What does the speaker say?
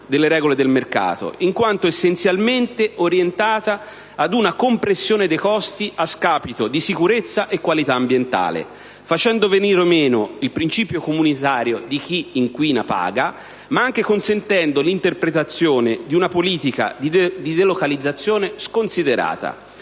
delle regole del mercato, in quanto essenzialmente orientata ad una compressione dei costi a scapito di sicurezza e qualità ambientale, facendo venire meno il principio comunitario di «chi inquina paga», ma anche consentendo l'interpretazione di una politica di delocalizzazione sconsiderata,